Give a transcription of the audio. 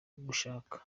gushaka